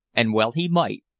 and well he might,